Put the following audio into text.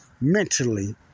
mentally